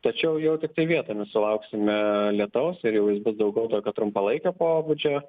tačiau jau tiktai vietomis sulauksime lietaus ir jis bus daugiau tokio trumpalaikio pobūdžio